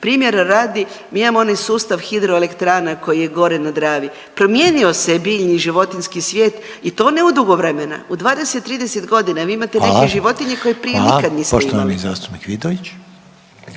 Primjera radi, mi imamo onaj sustav hidroelektrana koji je gore na Dravi, promijenio je se biljni i životinjski svijet i to ne u dugo vremena, u 20, 30 godina …/Upadica Reiner: Hvala./… vi imate neke životinje koje prije nikad niste imali.